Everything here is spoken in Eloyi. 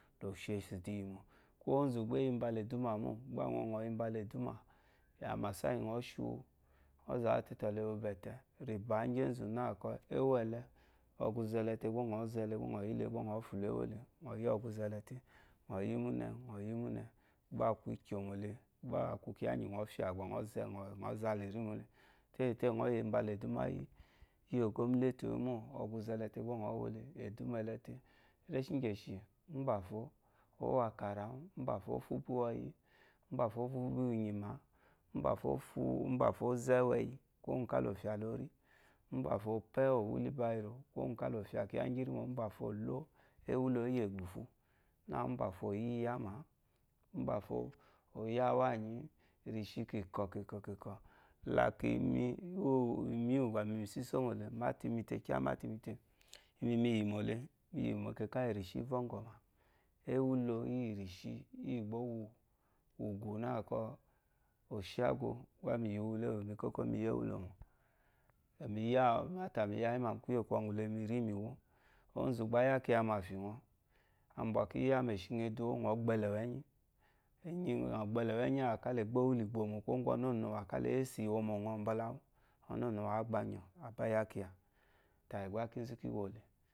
Lo she esu iduyimo, ko ozu eyi mbala ɛduma mo nyɔ yi mbala ɛdu, ma amasa iyi ba nyɔ shiwu nyɔ za wute balewo bete riba igizu na kɔ ewoele, eguze ɛlete gba nyɔ fula fulewole nyɔ yile gba aku ikyomole kiya gi nyɔ fa ba nyɔ zaleri momu, tete ngɔ yi mbala ɛduma yo gomnotimo oguze olete gba nyɔ wole ɛduma ɛlete reshi igishi ubafo owu akara mbafo oshikuweyi mbafo ofubi wunyima mbafo ofu mbafo ofu obiwunyima ka lofya le ri ubafo ozewe yi mbafo ope wheel barrow ka lofya lo i mbafo olo ewulo iyi egbufu mbafo oyiyama mbafo oya awanyi mbafo mirishi kikɔkikɔ like imi uwu ba miyi misiso mople imite kyama te imite imimi yimole miyime keka yirishi vogɔma ewulo iyishiyi bo uwu ugu na ko shago gba me yiwule mi ya matani yayima mu kuye kɔlele ozu gba ayakiya mafinyɔ abwa kiya iya ma eshi ngɔ eduwa ekeyi ngɔ gbelewe yi ngɔ beleweyi owu ka egbo wule gbomo kuwu ogɔ nunuwa ka la yese ewumonyɔ mbalawu onunu wa agba nyɔ abayakiya